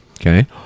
Okay